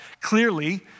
Clearly